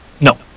No